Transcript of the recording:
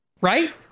Right